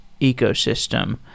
ecosystem